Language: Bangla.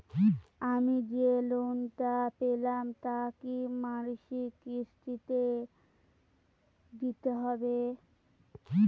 আমি যে লোন টা পেলাম তা কি মাসিক কিস্তি তে দিতে হবে?